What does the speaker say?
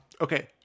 okay